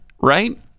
right